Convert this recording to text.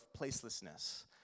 placelessness